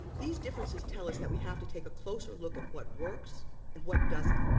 these differences tell us that we have to take a closer look at what works and what doesn't,